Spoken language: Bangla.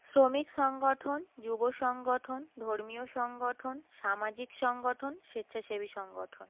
শ্রমিক সংগঠন যুব সংগঠন ধর্মীয় সংগঠন সামাজিক সংগঠন স্বেচ্ছাসেবী সংগঠন